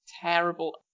Terrible